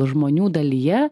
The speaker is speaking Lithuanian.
žmonių dalyje